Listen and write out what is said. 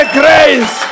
grace